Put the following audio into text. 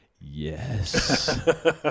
yes